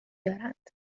دارند